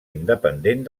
independent